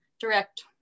direct